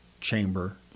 chamber